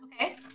Okay